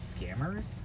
scammers